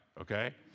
okay